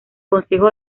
consejo